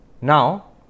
Now